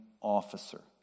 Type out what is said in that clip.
officer